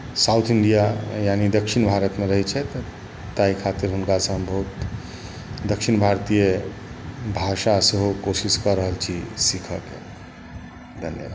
south India यानी दक्षिण भारतमे रहै छथि तऽ एहि खातिर हुनकासँ हम बहुत दक्षिण भारतीय भाषा सेहो कोशिश कऽ रहल छी सिखऽके धन्यवाद